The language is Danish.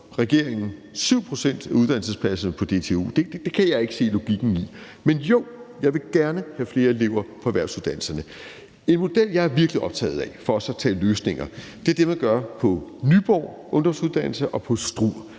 af uddannelsespladserne på DTU. Det kan jeg ikke se logikken i, men jo, jeg vil gerne have flere elever på erhvervsuddannelserne. En model, jeg er virkelig optaget af, for også at tale løsninger, er det, man gør på Nyborgs ungdomsuddannelser og i Struer,